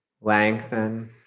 Lengthen